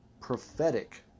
prophetic